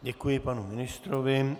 Děkuji panu ministrovi.